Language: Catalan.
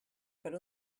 per